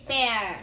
Bear